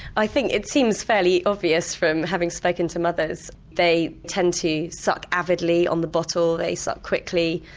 i think it seems fairly obvious from having spoken to mothers they tend to suck avidly on the bottle, they suck quickly,